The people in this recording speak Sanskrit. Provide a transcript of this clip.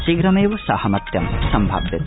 शीघ्रमेव साहमत्यं सम्भाव्यते